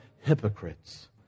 hypocrites